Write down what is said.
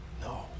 no